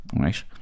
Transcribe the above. right